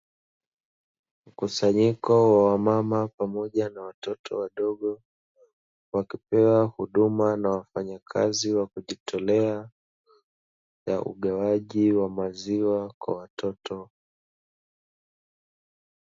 Mkusanyiko wa wamama pamoja na watoto wadogo, wakipewa huduma na wafanyakazi wakujitolea ya ugawaji wa maziwa kwa watoto.